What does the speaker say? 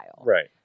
Right